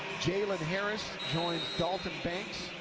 jaylen harris joins dalton banks.